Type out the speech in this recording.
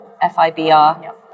F-I-B-R